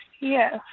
Yes